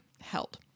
held